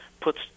puts